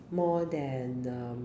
more than um